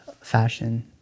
fashion